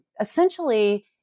essentially